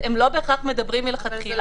הם לא בהכרח מדברים מלכתחילה.